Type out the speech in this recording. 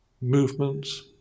movements